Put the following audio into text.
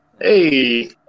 hey